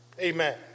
Amen